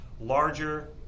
larger